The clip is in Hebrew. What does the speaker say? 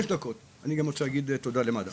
אני רוצה קודם גם להגיד תודה למד"א.